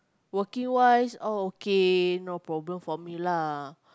working wise all okay no problem for me lah